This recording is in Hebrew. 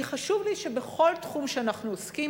כי חשוב לי שבכל תחום שאנחנו עוסקים